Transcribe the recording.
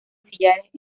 sillares